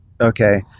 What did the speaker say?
okay